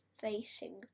facing